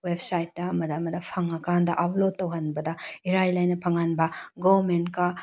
ꯋꯦꯕꯁꯥꯏꯠꯇ ꯑꯃꯗ ꯑꯃꯗ ꯐꯪꯉꯀꯥꯟꯗ ꯑꯞꯂꯣꯗ ꯇꯧꯍꯟꯕꯗ ꯏꯔꯥꯏ ꯂꯥꯏꯅ ꯐꯪꯍꯟꯕ ꯒꯣꯃꯦꯟꯠꯒ